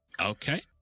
Okay